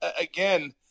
again